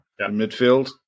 midfield